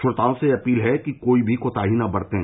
श्रोताओं से अपील है कि कोई भी कोताही न बरतें